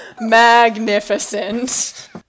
Magnificent